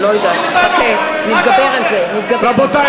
רבותי,